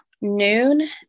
noon